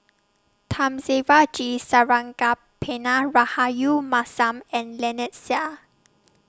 Thamizhavel G Sarangapani Rahayu Mahzam and Lynnette Seah